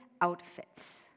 outfits